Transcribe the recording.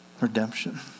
Redemption